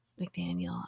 McDaniel